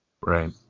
Right